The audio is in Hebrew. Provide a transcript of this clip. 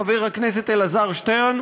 עם חברי חבר הכנסת אלעזר שטרן,